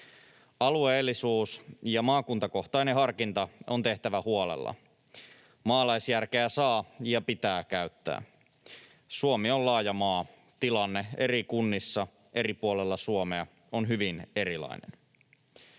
Alueellisuus ja maakuntakohtainen harkinta on tehtävä huolella. Maalaisjärkeä saa ja pitää käyttää. Suomi on laaja maa: tilanne eri kunnissa eri puolella Suomea on hyvin erilainen.